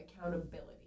accountability